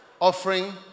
offering